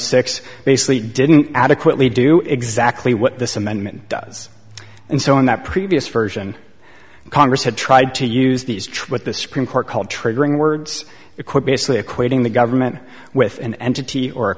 six basically didn't adequately do exactly what this amendment does and so in that previous version congress had tried to use these try what the supreme court called triggering words equip basically equating the government with an entity or